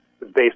based